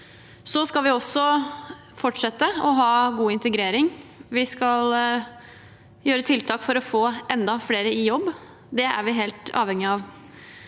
Vi skal også fortsette å ha god integrering. Vi skal gjøre tiltak for å få enda flere i jobb. Det er vi helt avhengige av.